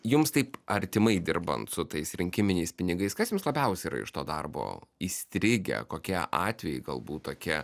jums taip artimai dirbant su tais rinkiminiais pinigais kas jums labiausiai yra iš to darbo įstrigę kokie atvejai galbūt tokie